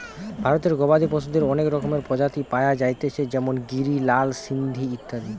ভারতে গবাদি পশুদের অনেক রকমের প্রজাতি পায়া যাইতেছে যেমন গিরি, লাল সিন্ধি ইত্যাদি